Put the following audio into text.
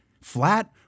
flat